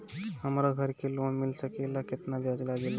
हमरा घर के लोन मिल सकेला केतना ब्याज लागेला?